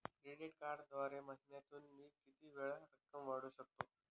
Credit कार्डद्वारे महिन्यातून मी किती वेळा रक्कम काढू शकतो?